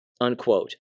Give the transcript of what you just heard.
unquote